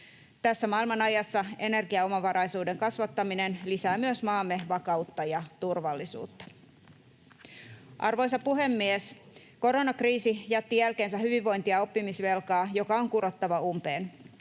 Tässä maailmanajassa energiaomavaraisuuden kasvattaminen lisää myös maamme vakautta ja turvallisuutta. Arvoisa puhemies! Koronakriisi jätti jälkeensä hyvinvointi- ja oppimisvelkaa, joka on kurottava umpeen.